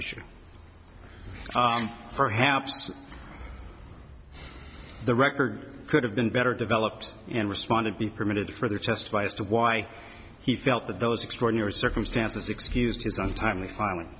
issue perhaps the record could have been better developed and responded be permitted to further testify as to why he felt that those extraordinary circumstances excused his untimely